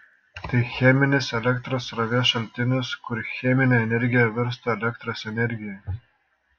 tai cheminis elektros srovės šaltinis kur cheminė energija virsta elektros energija